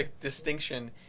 distinction